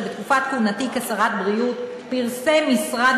שבתקופת כהונתי כשרת הבריאות פרסם משרד